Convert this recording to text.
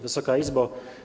Wysoka Izbo!